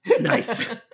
Nice